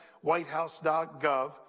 whitehouse.gov